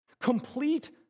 Complete